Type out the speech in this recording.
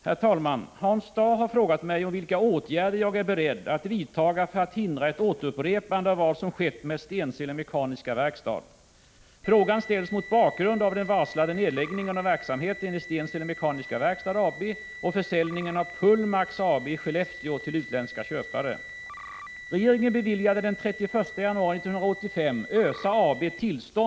Herr talman! Hans Dau har frågat mig vilka åtgärder jag är beredd att vidtaga för att hindra ett återupprepande av vad som skett med Stensele Mekaniska Verkstad. Frågan ställs mot bakgrund av den varslade nedläggningen av verksamheten i Stensele Mekaniska Verkstad AB och försäljningen av Pullmax AB i Skellefteå till utländska köpare.